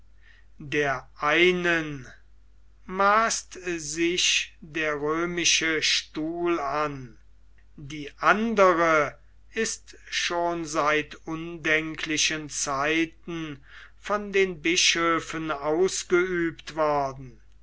der einen maßt sich der römische stuhl an die andere ist schon seit undenklichen zeiten von den bischöfen ausgeübt worden